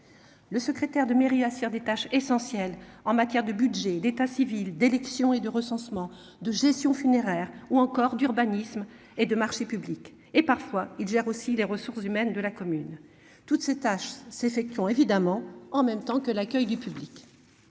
Le secrétaire de mairie assurent des tâches essentielles en matière de budget d'état civil d'élections et de recensement de gestion funéraire ou encore d'urbanisme et de marchés publics. Et parfois il gère aussi les ressources humaines de la commune. Toutes ces tâches s'effectue évidemment en même temps que l'accueil du public.